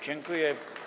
Dziękuję.